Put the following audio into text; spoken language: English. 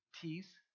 teeth